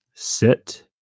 Sit